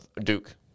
Duke